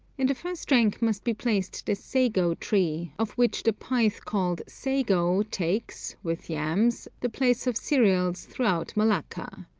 in the first rank must be placed the sago-tree, of which the pith called sago takes, with yams, the place of cereals throughout malacca.